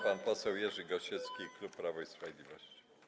Pan poseł Jerzy Gosiewski, klub Prawo i Sprawiedliwość.